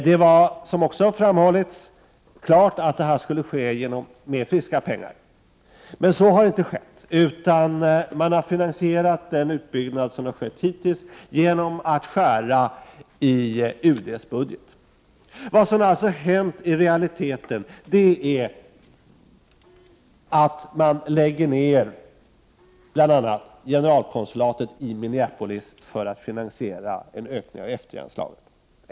Det var, som också framhållits, klart att detta skulle ske med friska pengar. Men så har inte skett, utan man har finansierat den utbyggnad som hittills har gjorts genom att skära ned i UD:s budget. Vad som i realiteten händer är att man lägger ned generalkonsulatet i Minneapolis för att finansiera en ökning av F 3-anslaget.